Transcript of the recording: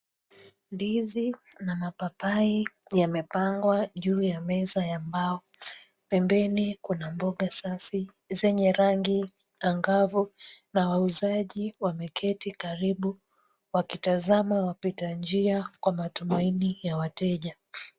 Ndizi na mapapai yamepangwa juu ya meza ya mbao pembeni kuna mboga safi zenye rangi angavu na wauzaji wameketi karbu wakitazama wapita njia kwa matumaini ya wateja.